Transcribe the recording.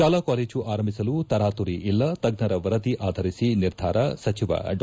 ಶಾಲಾ ಕಾಲೇಜು ಆರಂಭಿಸಲು ತರಾತುರಿ ಇಲ್ಲ ತಜ್ಜರ ವರದಿ ಆಧರಿಸಿ ನಿರ್ಧಾರ ಸಚಿವ ಡಾ